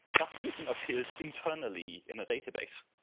that even appears internally in a database.